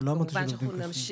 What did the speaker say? לא אמרתי שלא עובדים קשה.